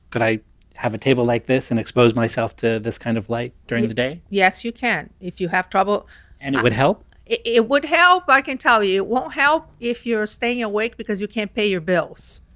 could i have a table like this and expose myself to this kind of light during the day? yes, you can if you have trouble and it would help it it would help. i can tell you, it won't help if you're staying awake because you can't pay your bills.